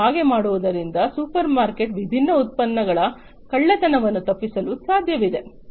ಮತ್ತು ಹಾಗೆ ಮಾಡುವುದರಿಂದ ಸೂಪರ್ಮಾರ್ಕೆಟ್ಗಳಿಂದ ವಿಭಿನ್ನ ಉತ್ಪನ್ನಗಳ ಕಳ್ಳತನವನ್ನು ತಪ್ಪಿಸಲು ಸಾಧ್ಯವಿದೆ